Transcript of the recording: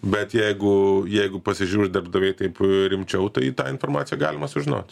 bet jeigu jeigu pasižiūri darbdaviai taip rimčiau tai tą informaciją galima sužinot